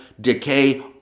decay